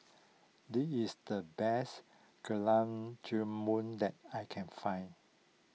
this is the best Gulab Jamun that I can find